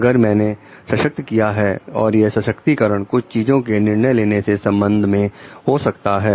अगर मैंने सशक्त किया है और यह सशक्तिकरण कुछ चीजों के निर्णय लेने के संबंध में हो सकता है